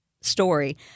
story